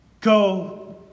Go